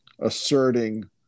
asserting